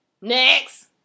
Next